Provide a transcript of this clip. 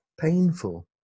painful